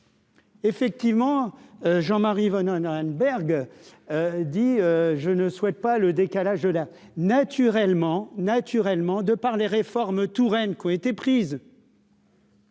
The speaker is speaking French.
Effectivement, Jean Marie venant d'Arenberg dit je ne souhaite pas le décalage là naturellement, naturellement, de par les réformes Touraine qui ont été prises.